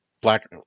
black